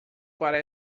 para